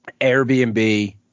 Airbnb